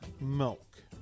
milk